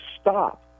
stop